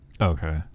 Okay